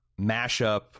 mashup